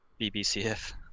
BBCF